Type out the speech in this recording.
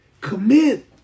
commit